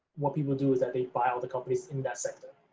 what people do is that they buy all the companies in that sector,